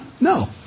No